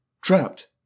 trapped